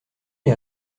les